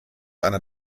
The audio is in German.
einer